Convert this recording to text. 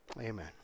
Amen